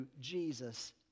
Jesus